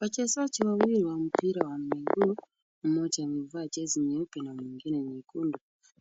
Wachezaji wawili wa mpira wa mguu, mmoja amevaa jezi nyeupe na mwingine nyekundu,